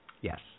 Yes